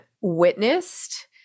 witnessed